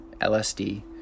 LSD